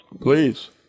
Please